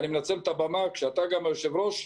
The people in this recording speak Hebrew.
אני מנצל את הבמה כשאתה היושב-ראש,